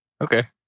Okay